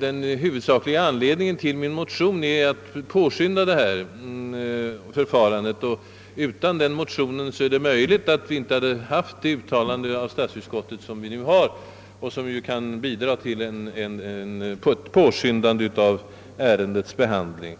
Den huvudsakliga anledningen till min motion var just att påskynda hela förfarandet. Utan denna motion hade vi kanske inte nu haft ett sådant uttalande som statsutskottet här gjort och som må hända kan i sin mån bidra till att ärendets behandling påskyndas.